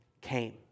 came